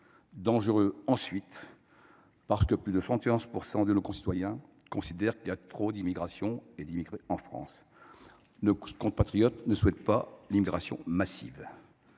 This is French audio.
dangereux, ensuite, parce que plus de 71 % de nos concitoyens considèrent qu’il y a trop d’immigrés en France : nos compatriotes ne souhaitent pas d’immigration massive.